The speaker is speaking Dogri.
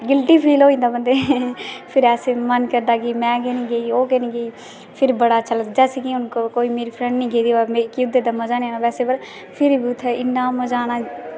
गिल्टी फील होई जंदा बंदे ई की फिर मन करदा की में निं गेई ओह् गेई फिर बड़ा अच्छा लगदा जैसे की मेरी फ्रैंड्स निं गेदी होऐ मिगी ओह्दे बगैरा मज़ा निं आवै फिर बी उत्थें इन्ना मज़ा आना